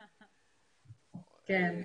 כן.